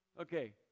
okay